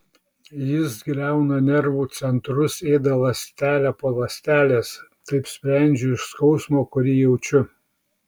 jis griauna nervų centrus ėda ląstelę po ląstelės taip sprendžiu iš skausmo kurį jaučiu